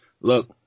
Look